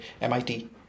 MIT